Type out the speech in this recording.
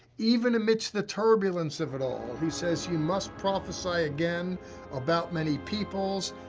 even amidst the turbulence of it all, he says, you must prophesy again about many peoples,